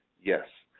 yes.